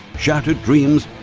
shattered dreams,